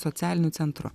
socialiniu centru